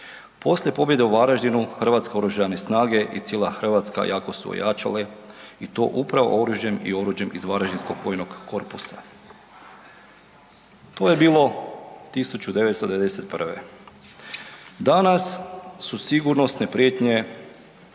Poslije pobjede u Varaždinu, Hrvatske oružane snage i cijela Hrvatska jako su ojačale i to upravo oružjem i oruđem iz Varaždinskog vojnog korpusa, to je bilo 1991. Danas su sigurnosne prijetnje